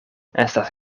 estas